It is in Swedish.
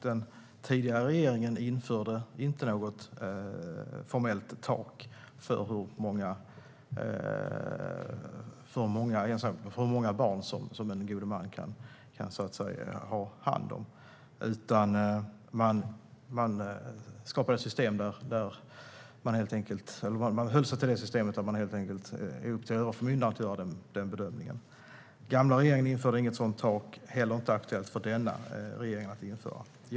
Den tidigare regeringen införde inte något formellt tak för hur många barn som en god man kan ha hand om, utan man höll sig till det systemet där det helt enkelt är upp till överförmyndaren att göra den bedömningen. Den tidigare regeringen införde inte något sådant tak, och det är heller inte aktuellt för denna regering att införa det.